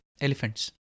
elephants